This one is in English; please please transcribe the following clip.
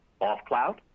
off-cloud